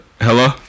Hello